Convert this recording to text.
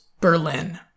Berlin